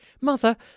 mother